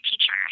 teacher